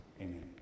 Amen